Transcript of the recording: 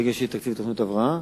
ברגע שיהיה תקציב לתוכניות הבראה,